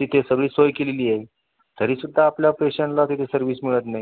तिथे सगळी सोय केलेली आहे तरीसुद्धा आपल्या पेशंटला तिथे सर्व्हिस मिळत नाही